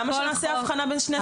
למה שנעשה הבחנה בין סוגי האישום?